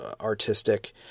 artistic